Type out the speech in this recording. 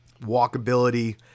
Walkability